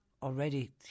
already